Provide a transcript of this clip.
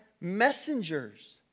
messengers